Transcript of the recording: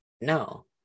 No